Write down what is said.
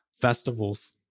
festivals